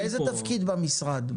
באיזה תפקיד את במשרד?